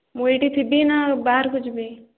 ମୁଁ ଏଇଠି ଥିବି ନା ବାହାରକୁ ଯିବି